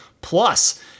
Plus